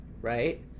right